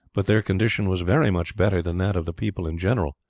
but their condition was very much better than that of the people in general.